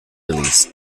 release